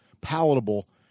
palatable